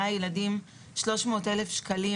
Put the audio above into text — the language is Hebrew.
אני הוצאתי על גן של 24 ילדים 300 אלף שקלים